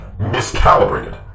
miscalibrated